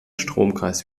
stromkreis